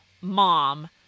mom